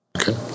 Okay